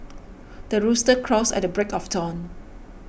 the rooster crows at the break of dawn